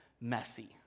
messy